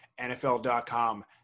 NFL.com